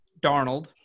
Darnold